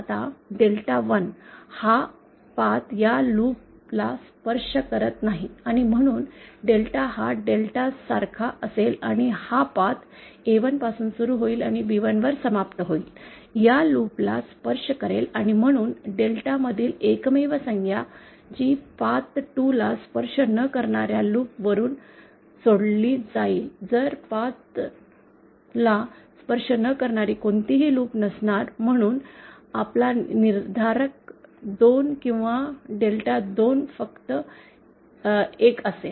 आता डेल्टा 1 हा मार्ग या लूप ला स्पर्श करत नाही आणि म्हणून डेल्टा हा डेल्टा सारखाच असेल आणि हा पाथ A1 पासून सुरू होईल आणि B1 वर समाप्त होईल या लूप ला स्पर्श करेल आणि म्हणूनच डेल्टा मधील एकमेव संज्ञा जी पाथ 2 ला स्पर्श न करणार्या लूप वापरुन सोडली जाईल तर पाथ ला स्पर्श न करणारी कोणतीही लूप नसणार म्हणून आपला निर्धारक 2 किंवा डेल्टा 2 फक्त 1 असेल